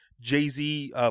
Jay-Z